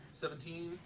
Seventeen